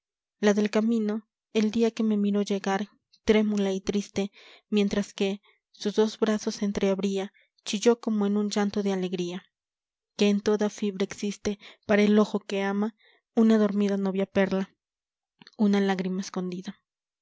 la del camino el día que me miró llegar trémula y tiiste mientras que sus dos brazos entreabría chilló como en un llanto de alegría que en toda fibra existe para el ojo que ama una dormida novia perla una lágrima escondida